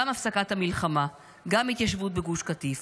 גם הפסקת המלחמה, גם התיישבות בגוש קטיף,